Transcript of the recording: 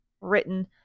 written